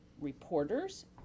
reporters